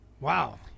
Wow